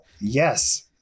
Yes